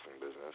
business